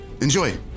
enjoy